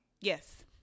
Yes